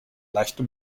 leichte